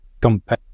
compare